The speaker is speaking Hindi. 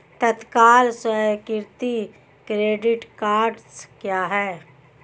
तत्काल स्वीकृति क्रेडिट कार्डस क्या हैं?